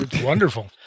Wonderful